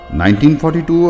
1942